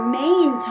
main